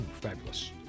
Fabulous